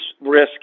risk